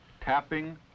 tapping